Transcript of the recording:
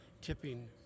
tipping